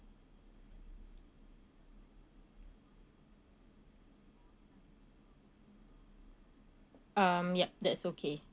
um yup that's okay